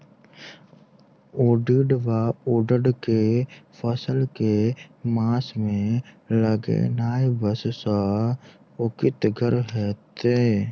उड़ीद वा उड़द केँ फसल केँ मास मे लगेनाय सब सऽ उकीतगर हेतै?